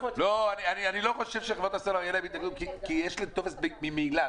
אני לא חושב שלחברות הסלולר תהיה התנגדות כי יש להן טופס ממילא.